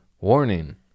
Warning